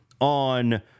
on